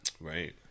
Right